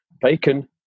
Bacon